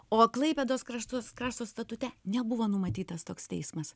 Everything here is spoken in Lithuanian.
o klaipėdos krašto krašto statute nebuvo numatytas toks teismas